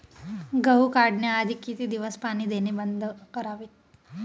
गहू काढण्याआधी किती दिवस पाणी देणे बंद करावे?